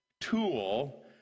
tool